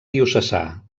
diocesà